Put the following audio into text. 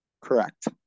Correct